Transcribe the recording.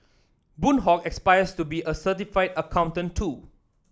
Boon Hock aspires to be a certified accountant too